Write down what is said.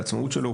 העצמאות שלו,